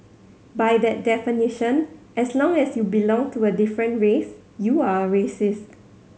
by that definition as long as you belong to a different race you are a racist